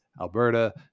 Alberta